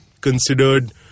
considered